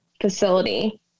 facility